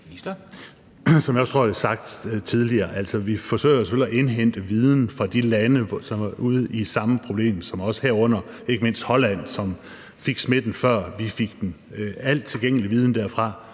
tror, jeg har sagt tidligere, forsøger vi selvfølgelig at indhente viden fra de lande, som har været ude i samme problem som os, herunder ikke mindst Holland, som fik smitten, før vi fik den. Al tilgængelig viden derfra